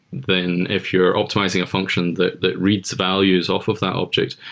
then if you're optimizing a function that that reads values off of that object,